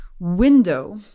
window